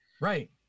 Right